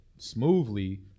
smoothly